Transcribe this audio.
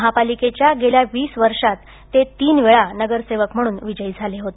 महापालिकेच्या गेल्या वीस वर्षात ते तीनवेळा नगरसेवक म्हणून विजयी झाले होते